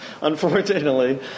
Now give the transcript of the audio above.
unfortunately